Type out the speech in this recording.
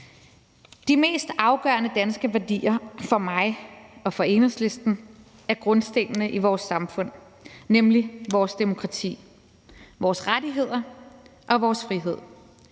De mest afgørende danske værdier for mig og for Enhedslisten er grundstenene i vores samfund, nemlig vores demokrati, vores rettigheder og vores frihed.